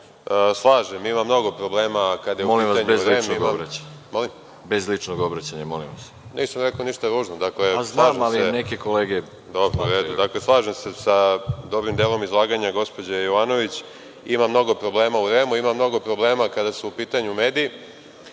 slažem, ima mnogo problema, kada je u pitanju…